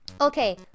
Okay